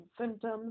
symptoms